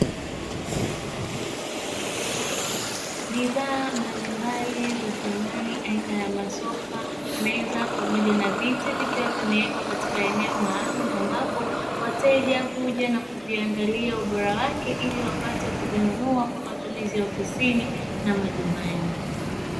Bidhaa mbalimbali za samani aina ya masofa, meza pamoja na viti; vikiwa vimewekwa katika eneo maalumu ambapo wateja huja na kuviangalia ubora wake ili wapate kuvinunua kwa matumizi ya ofisini na majumbani.